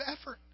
effort